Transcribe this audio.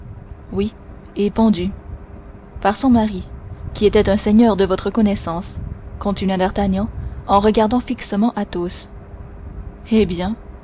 oui et pendue par son mari qui était un seigneur de votre connaissance continua d'artagnan en regardant fixement athos eh bien